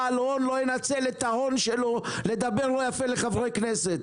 בעל הון לא ינצל את ההון שלו לדבר לא יפה לחברי כנסת.